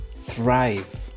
thrive